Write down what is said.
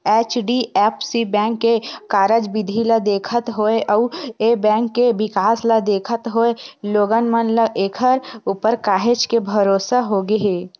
HDFC bank के कारज बिधि ल देखत होय अउ ए बेंक के बिकास ल देखत होय लोगन मन ल ऐखर ऊपर काहेच के भरोसा होगे हे